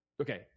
Okay